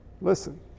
Listen